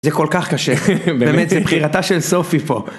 זה כל כך קשה, באמת, זה בחירתה של סופי פה.